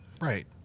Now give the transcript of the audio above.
Right